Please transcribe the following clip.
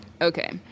okay